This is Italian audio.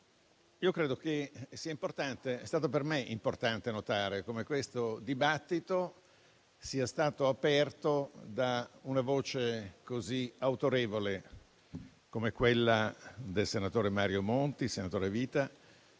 Signora Presidente, è stato per me importante notare come questo dibattito sia stato aperto da una voce così autorevole come quella di Mario Monti, senatore a vita,